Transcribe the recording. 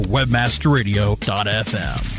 WebmasterRadio.fm